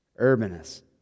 Urbanus